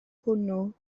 hwnnw